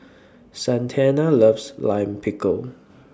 Santana loves Lime Pickle